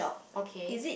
okay